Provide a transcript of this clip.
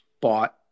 bought